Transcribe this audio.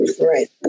Right